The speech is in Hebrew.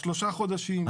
השלושה חודשים.